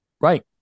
Right